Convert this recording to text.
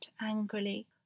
angrily